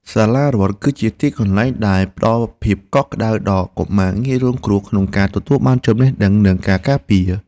សាលារដ្ឋគឺជាទីកន្លែងដែលផ្តល់ភាពកក់ក្តៅដល់កុមារងាយរងគ្រោះក្នុងការទទួលបានចំណេះដឹងនិងការការពារ។